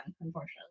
unfortunately